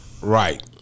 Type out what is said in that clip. Right